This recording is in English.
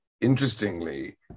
Interestingly